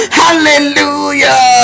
hallelujah